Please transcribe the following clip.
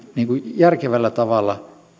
järkevällä tavalla